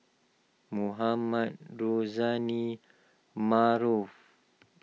Mohamed Rozani Maarof